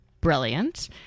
brilliant